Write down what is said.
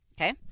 Okay